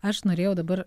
aš norėjau dabar